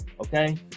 okay